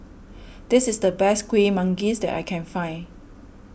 this is the best Kuih Manggis that I can find